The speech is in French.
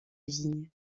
vigne